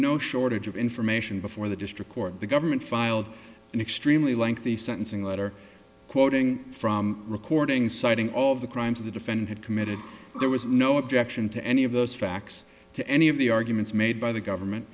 no shortage of information before the district court the government filed an extremely lengthy sentencing letter quoting from recording citing all of the crimes of the defendant committed there was no objection to any of those facts to any of the arguments made by the government